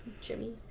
Jimmy